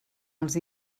els